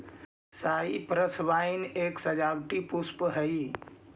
cypress vine एक सजावटी पुष्प हई